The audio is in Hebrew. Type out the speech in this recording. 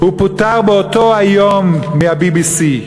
הוא פוטר באותו היום מה-BBC.